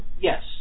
Yes